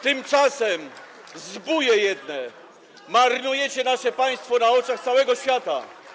Tymczasem, zbóje jedne, marnujecie nasze państwo na oczach całego świata.